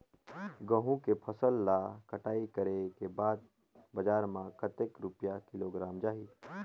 गंहू के फसल ला कटाई करे के बाद बजार मा कतेक रुपिया किलोग्राम जाही?